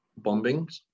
bombings